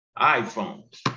iPhones